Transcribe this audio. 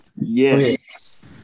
yes